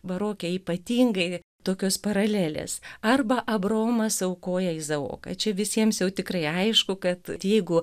baroke ypatingai tokios paralelės arba abraomas aukoja izaoką čia visiems jau tikrai aišku kad jeigu